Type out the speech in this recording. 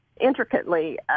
intricately